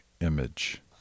image